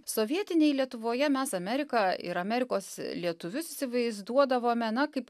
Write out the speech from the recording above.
sovietinėj lietuvoje mes ameriką ir amerikos lietuvius įsivaizduodavome na kaip